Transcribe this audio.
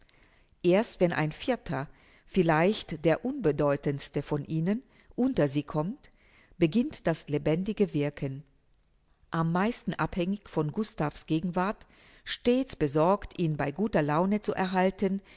erst wenn ein vierter vielleicht der unbedeutendste von ihnen unter sie kommt beginnt das lebendige wirken am meisten abhängig von gustav's gegenwart stets besorgt ihn bei guter laune zu erhalten